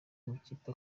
amakipe